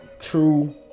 true